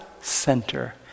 center